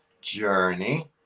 journey